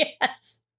Yes